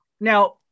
Now